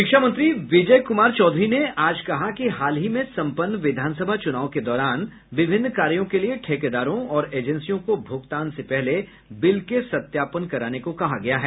शिक्षा मंत्री विजय कुमार चौधरी ने आज कहा कि हाल ही में सम्पन्न विधानसभा चुनाव के दौरान विभिन्न कार्यो के लिये ठेकेदारों और एजेंसियों को भुगतान से पहले बिल के सत्यापन कराने को कहा गया है